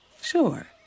Sure